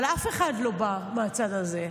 אבל אף אחד לא בא מהצד הזה,